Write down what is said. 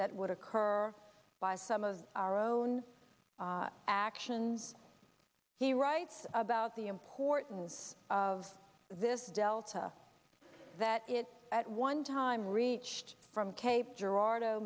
that would occur by some of our own actions he writes about the importance of this delta that it at one time reached from cape gerardo